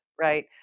right